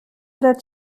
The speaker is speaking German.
oder